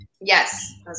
Yes